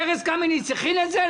ארז קמיניץ הכין את זה?